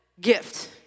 gift